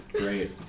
Great